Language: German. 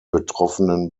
betroffenen